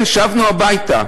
כן, שבנו הביתה,